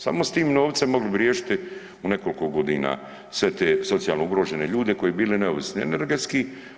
Samo s tim novcem mogli bi riješiti u nekoliko godina sve te socijalno ugrožene ljude koji bi bili neovisni energetski.